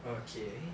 okay